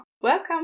Welcome